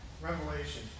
Revelation